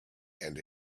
and